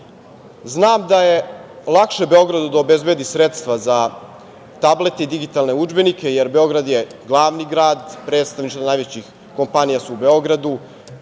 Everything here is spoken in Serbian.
da je lakše Beogradu da obezbedi sredstva za tablet i digitalne udžbenike, jer Beograd je glavni grad, predstavništva najvećih kompanija su u Beogradu,